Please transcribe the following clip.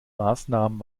maßnahmen